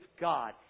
God